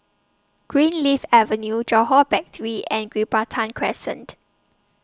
Greenleaf Avenue Johore Battery and Gibraltar Crescent